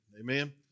Amen